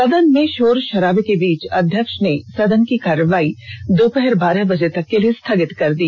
सदन में षोर षराबे के बीच अध्यक्ष ने सदन की कार्रवाई दोपहर बारह बजे तक के लिए स्थगित कर दी